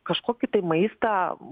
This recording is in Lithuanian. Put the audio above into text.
kažkokį tai maistą